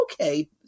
okay